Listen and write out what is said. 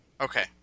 Okay